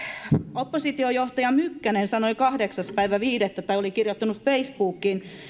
oppositiojohtaja mykkänen oli kahdeksas viidettä kirjoittanut facebookiin